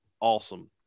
awesome